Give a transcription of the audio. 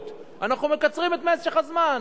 אנחנו מקצרים את משך הזמן,